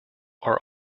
are